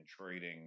trading